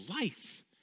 life